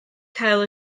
cael